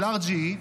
של RGE,